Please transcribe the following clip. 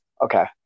Okay